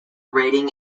rating